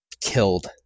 killed